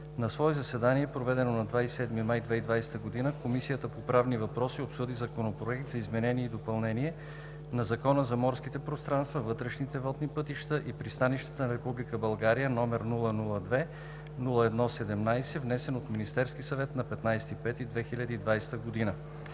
На свое заседание, проведено на 27 май 2020 г., Комисията по правни въпроси обсъди Законопроект за изменение и допълнение на Закона за морските пространства, вътрешните водни пътища и пристанищата на Република България, № 002-01-17, внесен от Министерския съвет на 15 май 2020 г.